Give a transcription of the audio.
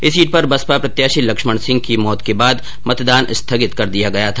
इस सीट पर बसपा प्रत्याशी लक्ष्मण सिंह की मौत के बाद मतदान स्थगित कर दिया गया था